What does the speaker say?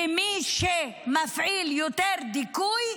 ומי שמפעיל יותר דיכוי,